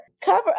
cover